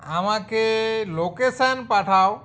আমাকে লোকেশান পাঠাও